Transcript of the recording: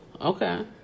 Okay